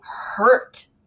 hurt